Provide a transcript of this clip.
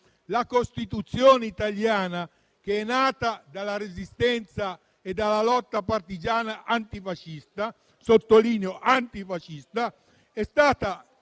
la Costituzione italiana, che è nata dalla Resistenza e dalla lotta partigiana antifascista - sottolineo antifascista - è stata